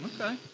Okay